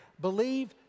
believe